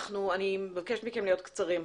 ואני מבקשת מכם להיות קצרים.